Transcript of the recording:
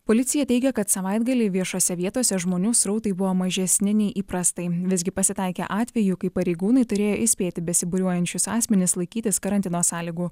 policija teigia kad savaitgalį viešose vietose žmonių srautai buvo mažesni nei įprastai visgi pasitaikė atvejų kai pareigūnai turėjo įspėti besibūriuojančius asmenis laikytis karantino sąlygų